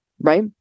right